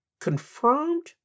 confirmed